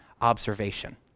observation